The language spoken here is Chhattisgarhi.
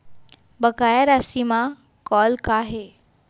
बकाया राशि मा कॉल का हे?